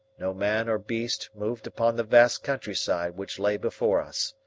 no man or beast moved upon the vast countryside which lay before us.